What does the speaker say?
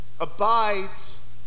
abides